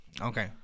Okay